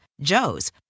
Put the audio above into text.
Joe's